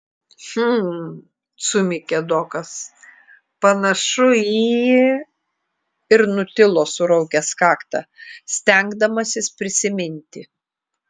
hm sumykė dokas panašu į ir nutilo suraukęs kaktą stengdamasis prisiminti